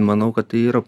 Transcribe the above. manau kad tai yra